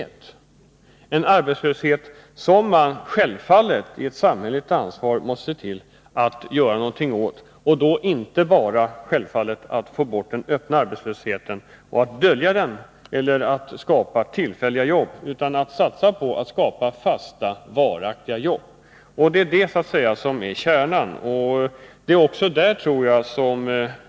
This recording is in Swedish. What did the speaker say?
Det är en arbetslöshet som man i ett samhälle med ansvar måste se till att göra någonting åt, och då självfallet inte bara genom att få bort den öppna arbetslösheten och dölja den eller genom att skapa tillfälliga jobb, utan genom att satsa på att skapa fasta, varaktiga jobb. Det är detta som så att säga är kärnan.